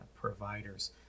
providers